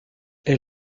est